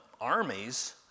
armies